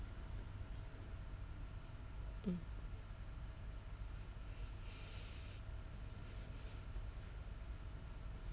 mm